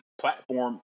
platform